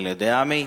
אני לא יודע מי,